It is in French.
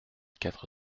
quatre